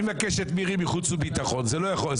אני עכשיו גיליתי --- זה לא המקום.